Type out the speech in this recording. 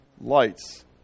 lights